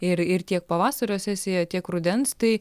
ir ir tiek pavasario sesijoje tiek rudens tai